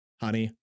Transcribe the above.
honey